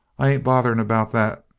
i ain't bothering about that.